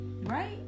right